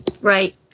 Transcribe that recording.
Right